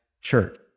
church